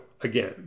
again